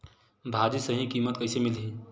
भाजी सही कीमत कइसे मिलही?